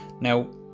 Now